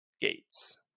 gates